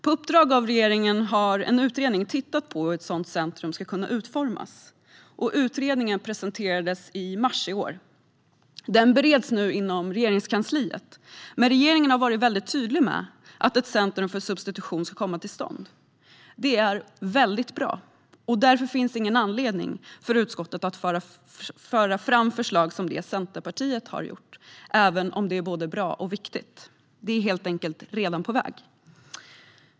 På uppdrag av regeringen har en utredning tittat på hur ett sådant centrum kan utformas. Utredningen presenterades i mars i år. Den bereds nu inom Regeringskansliet. Men regeringen har varit tydlig med att ett centrum för substitution ska komma till stånd. Det är bra. Därför finns det ingen anledning för utskottet att föra fram förslag som det Centerpartiet har fört fram, även om det är både bra och viktigt. Det är helt enkelt redan på väg.